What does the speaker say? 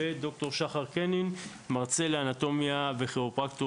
וד"ר שחר קנין מרצה לאנטומיה וכירופרקטור